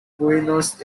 buenos